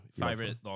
Favorite